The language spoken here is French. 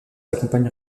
accompagne